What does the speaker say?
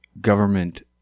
government